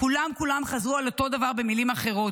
כולם כולם חזרו על אותו דבר במילים אחרות: